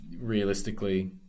realistically